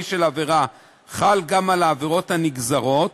של העבירה חל גם על העבירות הנגזרות,